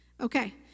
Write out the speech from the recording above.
Okay